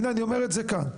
הנה אני אומר את זה כאן.